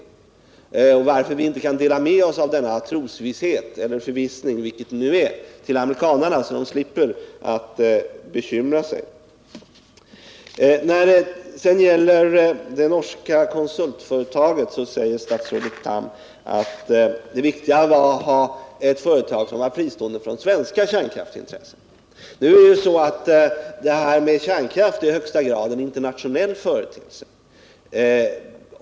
Jag undrar varför vi inte till amerikanarna kan dela med oss av denna trosvisshet eller förvissning, vilket det nu är. Amerikanarna skulle då slippa bekymra sig. När det sedan gäller det norska konsultföretaget säger Carl Tham att det viktiga var att ha ett företag som var fristående från svenska kärnkraftsintressen. Detta med kärnkraft är en i högsta grad internationell företeelse.